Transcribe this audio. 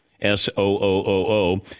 S-O-O-O-O